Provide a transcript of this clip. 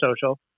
social